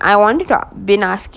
I want to talk binas